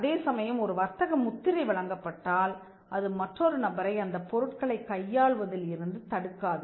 அதேசமயம் ஒரு வர்த்தக முத்திரை வழங்கப்பட்டால் அது மற்றொரு நபரை அந்த பொருட்களைக் கையாள்வதில் இருந்து தடுக்காது